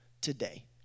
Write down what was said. today